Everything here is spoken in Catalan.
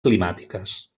climàtiques